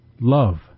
love